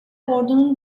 ordunun